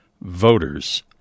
voters